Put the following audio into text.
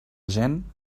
gent